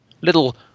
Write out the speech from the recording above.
little